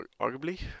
arguably